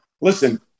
listen